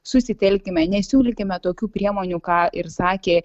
susitelkime nesiūlykime tokių priemonių ką ir sakė